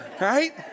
right